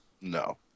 No